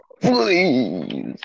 Please